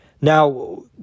Now